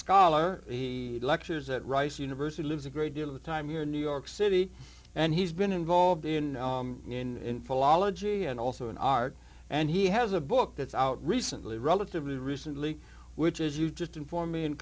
scholar he lectures at rice university lives a great deal of the time here in new york city and he's been involved in in philology and also in art and he has a book that's out recently relatively recently which is you just inform me